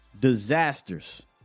disasters